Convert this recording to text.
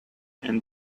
and